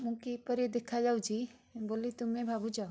ମୁଁ କିପରି ଦେଖାଯାଉଛି ବୋଲି ତୁମେ ଭାବୁଛ